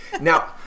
Now